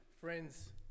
friends